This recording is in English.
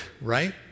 right